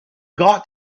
got